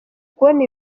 kubona